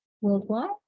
worldwide